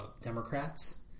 Democrats